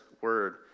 word